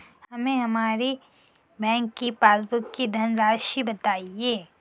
हमें हमारे बैंक की पासबुक की धन राशि बताइए